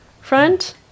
front